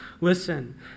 listen